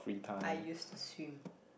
I used to swim